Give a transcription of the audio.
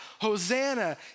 Hosanna